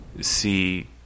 see